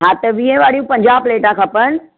हा त वीह वारी पंजाहु प्लेटां खपनि